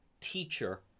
teacher